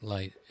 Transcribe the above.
Light